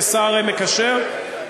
כשר מקשר,